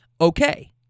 okay